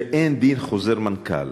ואין דין חוזר מנכ"ל